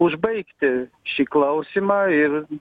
užbaigti šį klausimą ir